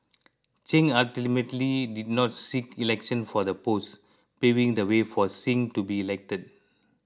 Chen ultimately did not seek election for the post paving the way for Singh to be elected